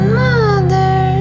mother